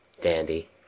dandy